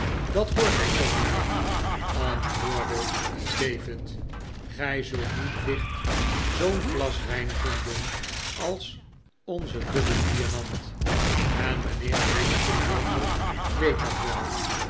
dat hoort ook zoo mijnheer antwoordde david gij zult niet licht zoo'n glas wijn vinden als onze dubbele diamant en mijnheer linkinwater weet dat wel